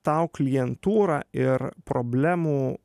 tau klientūra ir problemų